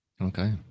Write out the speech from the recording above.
Okay